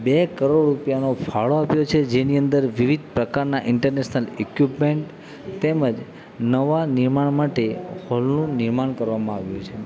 બે કરોડ રૂપિયાનો ફાળો આપ્યો છે જેની અંદર વિવિધ પ્રકારના ઇન્ટરનેશનલ ઇક્વિપમેન્ટ તેમજ નવા નિર્માણ માટે હોલનું નિર્માણ કરવામાં આવ્યું છે